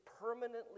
permanently